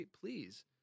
please